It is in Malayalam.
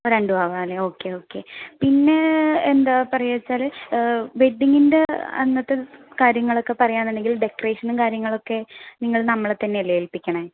രണ്ടും ആവാം അല്ലേ ഓക്കെ ഓക്കെ പിന്നെ എന്താണ് പറയുക വെച്ചാൽ വെഡ്ഡിങ്ങിൻ്റെ അന്നത്തെ കാര്യങ്ങളൊക്കെ പറയുവാണെന്നുണ്ടെങ്കിൽ ഡെക്കറേഷനും കാര്യങ്ങളൊക്കെ നിങ്ങൾ നമ്മളെ തന്നെയല്ലേ ഏൽപ്പിക്കുന്നത്